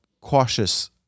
cautious